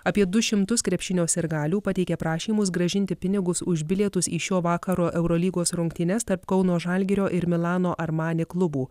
apie du šimtus krepšinio sirgalių pateikė prašymus grąžinti pinigus už bilietus į šio vakaro eurolygos rungtynes tarp kauno žalgirio ir milano armani klubų